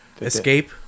Escape